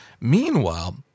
Meanwhile